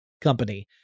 company